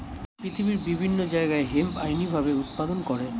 পৃথিবীর বিভিন্ন জায়গায় হেম্প আইনি ভাবে উৎপাদন করে